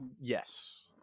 yes